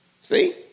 See